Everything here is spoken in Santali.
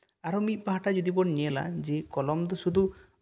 ᱟᱨᱚ ᱢᱤᱫ ᱯᱟᱦᱴᱟ ᱡᱩᱫᱤ ᱵᱚᱱ ᱧᱮᱞᱟ ᱡᱮ ᱠᱚᱞᱚᱢ ᱫᱚ ᱥᱩᱫᱩ